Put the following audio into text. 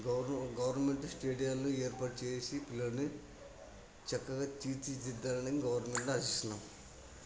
గవర్న government స్టేడియాలని ఏర్పాటు చేసి పిల్లల్ని చక్కగా తీర్చిదిద్దాలని గవర్నమెంట్ని ఆశిస్తున్నాం